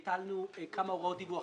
הטלנו כמה הוראות דיווח.